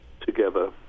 together